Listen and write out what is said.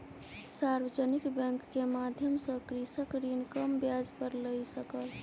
सार्वजानिक बैंक के माध्यम सॅ कृषक ऋण कम ब्याज पर लय सकल